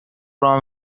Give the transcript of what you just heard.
راه